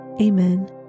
amen